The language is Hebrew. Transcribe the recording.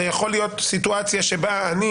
הרי יכולה להיות סיטואציה שבה אני